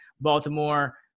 Baltimore